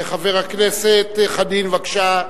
חבר הכנסת חנין, בבקשה,